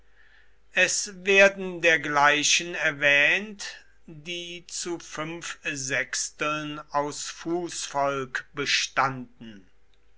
es werden dergleichen erwähnt die zu fünf sechsteln aus fußvolk bestanden